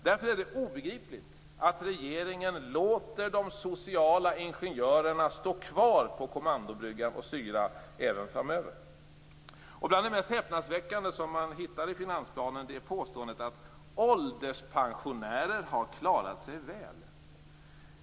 Därför är det obegripligt att regeringen låter de sociala ingenjörerna stå kvar på kommandobryggan och styra även framöver. Bland det mesta häpnadsväckande i finansplanen är påståendet att ålderspensionärer har klarat sig väl.